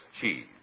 cheese